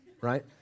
right